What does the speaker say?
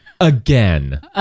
again